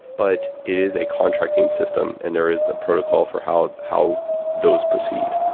but it is a contracting system and there is a protocol for how how those proceed